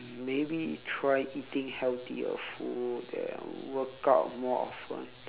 maybe try eating healthier the food then workout more often